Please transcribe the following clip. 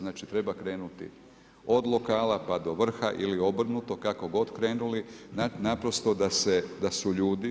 Znači treba krenuti od lokala pa do vrha ili obrnuto, kako god krenuli naprosto da su ljudi.